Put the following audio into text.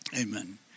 Amen